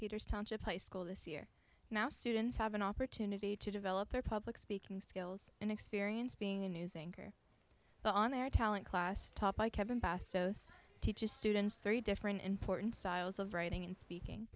peters township high school this year now students have an opportunity to develop their public speaking skills and experience being a news anchor on air talent class taught by kevin bastos teaches students three different important styles of writing and speaking